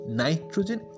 nitrogen